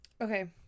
okay